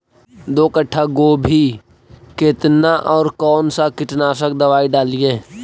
दो कट्ठा गोभी केतना और कौन सा कीटनाशक दवाई डालिए?